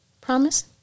Promise